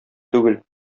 түгел